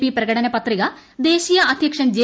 P പ്രകടന പത്രിക ദേശീയ അദ്ധ്യക്ഷൻ ജെ